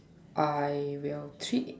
I will treat